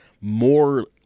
more